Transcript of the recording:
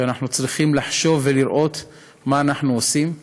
ואנחנו צריכים לחשוב ולראות מה אנחנו עושים.